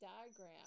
diagram